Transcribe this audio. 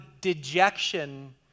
dejection